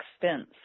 expense